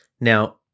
Now